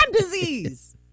disease